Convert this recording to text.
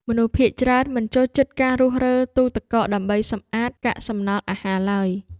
មនុស្សភាគច្រើនមិនចូលចិត្តការរុះរើទូទឹកកកដើម្បីសម្អាតកាកសំណល់អាហារឡើយ។